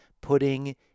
putting